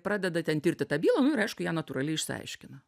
pradeda ten tirti tą bylą ir nu aišku ją natūraliai išsiaiškina